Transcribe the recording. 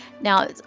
now